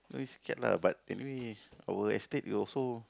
no need scared lah but it maybe always escape you also